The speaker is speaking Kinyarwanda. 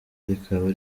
rikaba